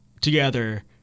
together